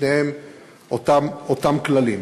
בשניהם אותם כללים.